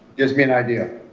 gives me an idea.